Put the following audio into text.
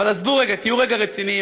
עזבו רגע, תהיו רגע רציניים.